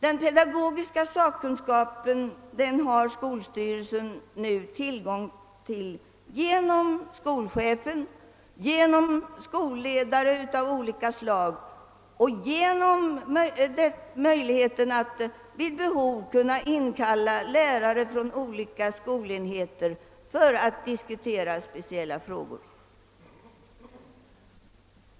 Den pedagogiska sakkunskapen har skolstyrelsen nu tillgång till genom skolchefen, genom skolledare av olika slag och genom möjligheten att vid behov kunna inkalla lärare från olika skolenheter för att diskutera speciella frågor.